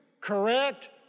correct